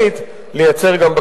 והוא מסכים אתי, עם